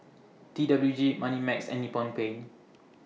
T W G Moneymax and Nippon Paint